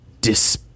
dis